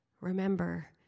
remember